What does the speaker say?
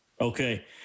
Okay